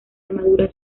armadura